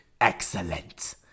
Excellent